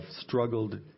struggled